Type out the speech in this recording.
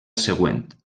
següent